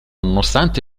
nonostante